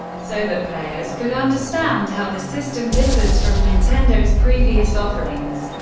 so that players could understand how the system differs from nintendo's previous offerings.